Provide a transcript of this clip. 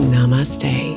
Namaste